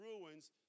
ruins